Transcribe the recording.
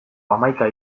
hamaika